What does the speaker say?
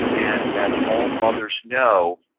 and as all mothers know,